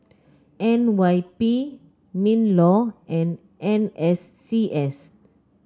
N Y P Minlaw and N S C S